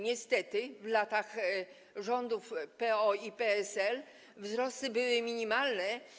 Niestety w latach rządów PO i PSL wzrosty były minimalne.